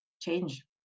change